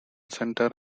centre